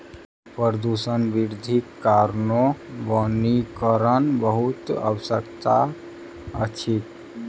प्रदूषण वृद्धिक कारणेँ वनीकरण बहुत आवश्यक अछि